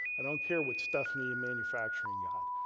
i don't care what stephanie in manufacturing got.